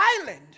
island